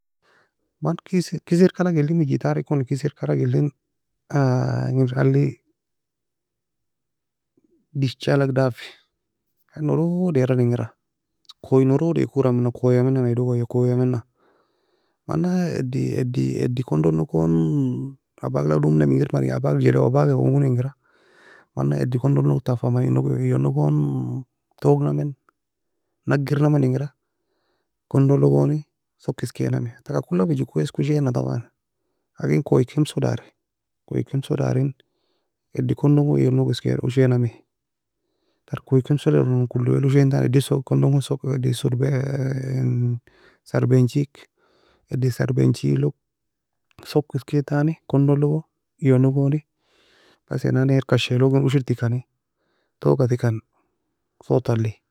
Man kaiser ka alag elimi guitar ekoni keisar ka alag elin engir alie dig alag daff koye norodra engira koye norod ekora mena koye mena ayi dogo koye menia eddi eddi kondon nogon abak lak domina engir mani abak jeloe abak koni engira mana eddi kondon nog ta fa mani. Eddi eyion nogon touge nami نقر nami engira, kondo log goni soka eskai nami taka kula fejeko eska ushana طبعا لكن koye kemso dary koye kemso darin eddi kondon log ayion log eskai ushanami. Ter koye kemso eronon كل wae ushantani eddi soka le soka eddi serbae eddin serbae enchi eddin serbae enchi log soka eskai entani kondon logi eyion logon ghase nan ne kashi logi ushir tekan tiuga tekn صوت ta alie